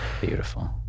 beautiful